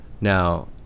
now